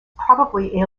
probably